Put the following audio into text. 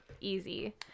easy